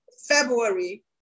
February